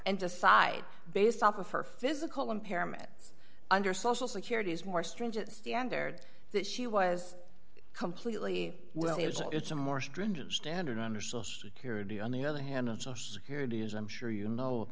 and decide based off of her physical impairments under social security is more stringent standard that she was completely well it's a more stringent standard under social security on the other hand of social security as i'm sure you know